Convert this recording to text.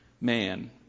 man